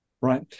right